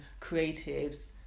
creatives